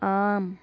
आम्